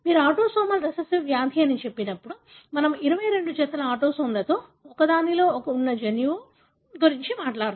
మీరు autosomal recessive వ్యాధి అని చెప్పినప్పుడు మనము 22 జతల ఆటోసోమ్లలో ఒకదానిలో ఉన్న జన్యువు గురించి మాట్లాడుతున్నాము